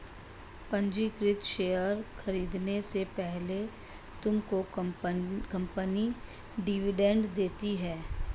पंजीकृत शेयर खरीदने से पहले तुमको कंपनी डिविडेंड देती है